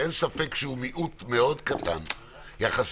שאין ספק שהוא מיעוט קטן מאוד יחסית,